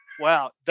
Wow